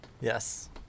Yes